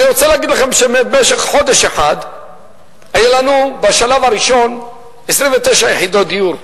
אני רוצה להגיד לכם שהיו לנו בשלב הראשון 29 יחידות דיור,